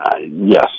Yes